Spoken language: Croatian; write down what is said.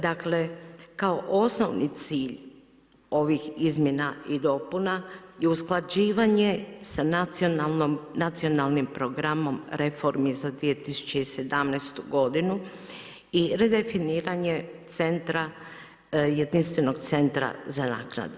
Dakle, kao osnovni cilj ovih izmjena i dopuna je usklađivanje sa Nacionalnim programom reformi za 2017. godinu i redefiniranje centra, jedinstvenog centra za naknade.